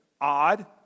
odd